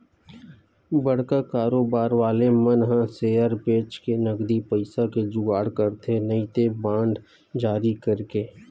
बड़का कारोबार वाले मन ह सेयर बेंचके नगदी पइसा के जुगाड़ करथे नइते बांड जारी करके